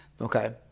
Okay